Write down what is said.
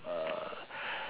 uh